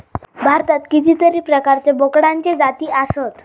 भारतात कितीतरी प्रकारचे बोकडांचे जाती आसत